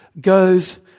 goes